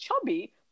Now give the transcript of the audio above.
chubby